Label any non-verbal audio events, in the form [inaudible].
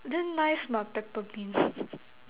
then nice mah Peppermint [laughs]